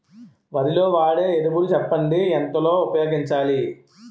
వరిలో వాడే ఎరువులు చెప్పండి? ఎంత లో ఉపయోగించాలీ?